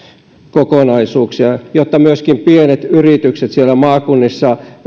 kokonaisuuksia jotta myöskin pienet yritykset siellä maakunnissa